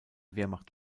wehrmacht